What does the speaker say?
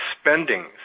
spending